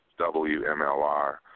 WMLR